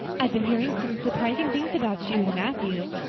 i've been hearing some surprising things about you and matthew.